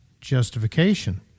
justification